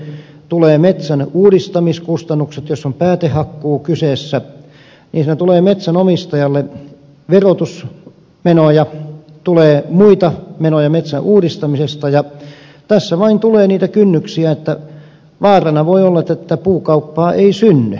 tulee metsän uudistamiskustannukset jos on päätehakkuu kyseessä ja siinä tulee metsänomistajalle verotusmenoja tulee muita menoja metsän uudistamisesta ja tässä vain tulee niitä kynnyksiä että vaarana voi olla että tätä puukauppaa ei synny